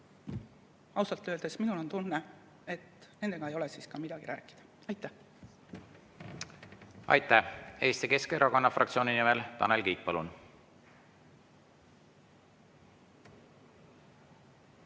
ausalt öeldes on mul tunne, et nendega ei ole siis ka midagi rääkida. Aitäh! Aitäh! Eesti Keskerakonna fraktsiooni nimel Tanel Kiik, palun!